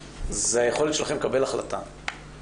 אני מבקש לקבוע דיון מעקב כזה ביום שני כדי